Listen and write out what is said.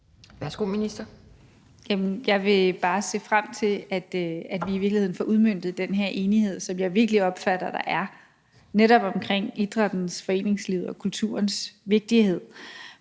Jamen jeg vil bare se frem til, at vi i virkeligheden får udmøntet den her enighed, som jeg virkelig opfatter der er netop omkring idrættens, foreningslivets og kulturens vigtighed